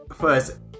first